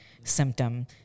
symptom